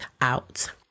out